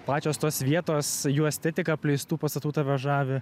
pačios tos vietos jų estetika apleistų pastatų tave žavi